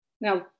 Now